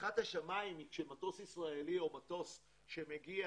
פתיחת השמיים היא כשמטוס ישראלי או מטוס שמגיע